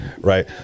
right